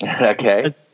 Okay